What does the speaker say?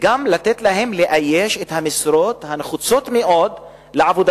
וגם לתת להן לאייש את המשרות הנחוצות מאוד לעבודתן,